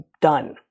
Done